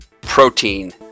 protein